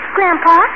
Grandpa